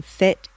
fit